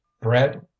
Bread